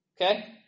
Okay